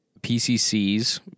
PCCs